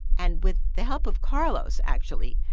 and with the help of carlos, actually,